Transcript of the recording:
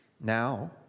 Now